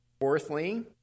Fourthly